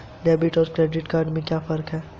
Debit और credit में क्या फर्क है?